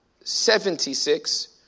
seventy-six